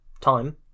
time